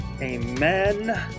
Amen